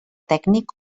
tècnic